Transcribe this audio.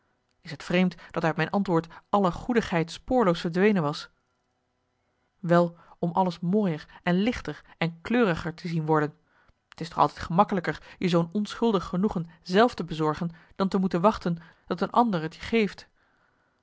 is t vreemd dat uit mijn antwoord alle goedigheid spoorloos verdwenen was well om alles mooier en lichter en kleuriger te zien worden t is toch altijd gemakkelijker je zoo'n onschuldig genoegen zelf te bezorgen dan te moeten wachten dat een ander t je geeft